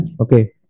Okay